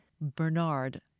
Bernard